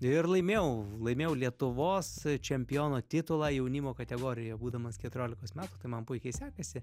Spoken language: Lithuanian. ir laimėjau laimėjau lietuvos čempiono titulą jaunimo kategorijoje būdamas keturiolikos metų tai man puikiai sekasi